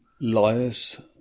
liars